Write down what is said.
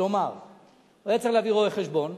כלומר הוא היה צריך להביא רואה-חשבון,